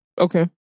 Okay